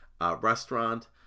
restaurant